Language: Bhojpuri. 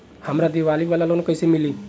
हमरा दीवाली वाला लोन कईसे मिली?